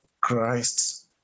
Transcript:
Christ